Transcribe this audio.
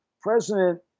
president